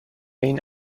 این